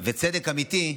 וצדק אמיתי,